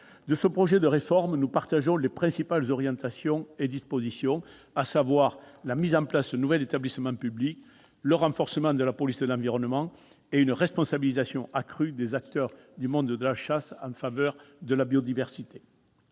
De ce projet de réforme, nous partageons les principales orientations et dispositions, à savoir la mise en place d'un nouvel établissement public, le renforcement de la police de l'environnement et une responsabilisation accrue des acteurs du monde de la chasse en faveur de la biodiversité.